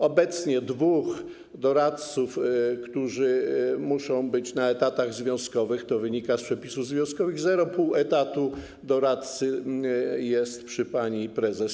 Obecnie dwóch doradców, którzy muszą być na etatach związkowych, to wynika z przepisów związkowych, 0,5 etatu doradcy jest przy pani prezes.